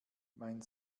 mein